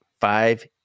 five